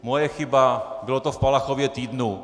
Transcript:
Moje chyba, bylo to v Palachově týdnu.